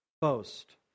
boast